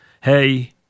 Hey